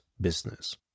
business